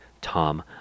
Tom